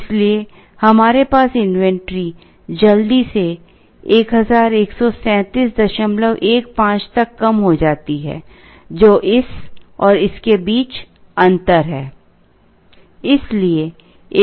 इसलिए हमारे पास इन्वेंट्री जल्दी से 113715 तक कम हो जाती है जो इस और इसके बीच अंतर है